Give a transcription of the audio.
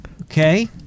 Okay